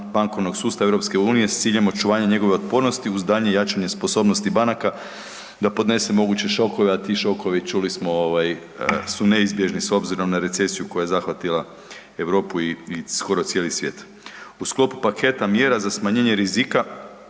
bankovnog sustava EU s ciljem očuvanja njegove otpornosti uz daljnje jačanje sposobnosti banaka da podnese moguće šokove, a ti šokovi, čuli smo ovaj, su neizbježni s obzirom na recesiju koja je zahvatila Europu i skoro cijeli svijet. U sklopu paketa mjera za smanjenje rizika